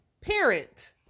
parent